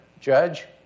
judge